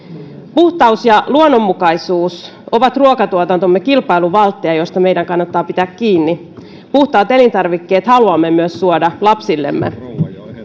puhtaus ja luonnonmukaisuus ovat ruokatuotantomme kilpailuvaltteja joista meidän kannattaa pitää kiinni puhtaat elintarvikkeet haluamme suoda myös lapsillemme